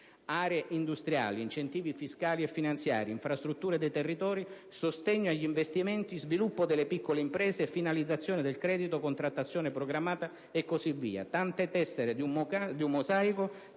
Aree industriali, incentivi fiscali e finanziari, infrastrutture dei territori, sostegno agli investimenti, sviluppo delle piccole imprese, finalizzazione del credito, contrattazione programmata e così via; tante tessere di un mosaico